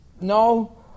No